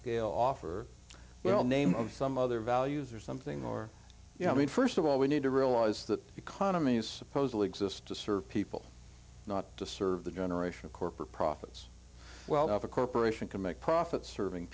scale offer well name of some other values or something or you know i mean st of all we need to realize that economies supposedly exist to serve people not to serve the generation of corporate profits well if a corporation can make profit serving